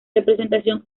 representación